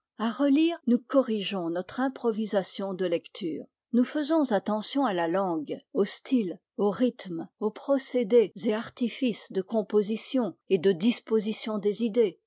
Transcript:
à relire nous corrigeons notre improvisation de lecture nous faisons attention à la langue au style au rythme aux procédés et artifices de composition et de disposition des idées